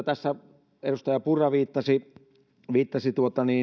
tässä edustaja purra viittasi viittasi